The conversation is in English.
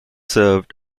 served